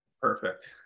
perfect